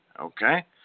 okay